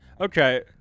Okay